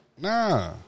Nah